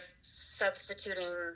substituting –